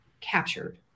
captured